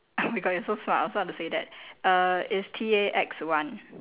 oh my god you so smart I also want to say that err it's T A X one